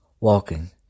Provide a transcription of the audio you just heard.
walking